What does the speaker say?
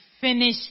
finish